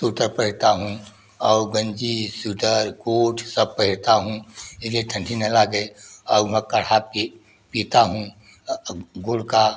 sweater पहनता हूँ और गंजी स्वीटर कोट सब पहनता हूँ इसलिए ठंडी ना लगे और उहाँ काढ़ा पीता हूँ गुड़ का